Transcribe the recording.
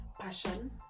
Passion